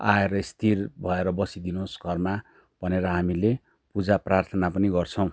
आएर स्थिर भएर बसिदिनुहोस् घरमा भनेर हामीले पूजा प्रार्थना पनि गर्छौँ